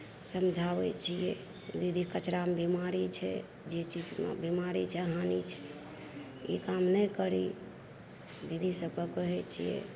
समझाबै छियै दीदी कचरामे बीमारी छै जे चीजमे बीमारी छै हानी छै ई काम नहि करी दीदी सब कऽ कहैत छियै